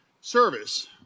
service